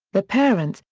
the parents,